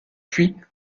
puis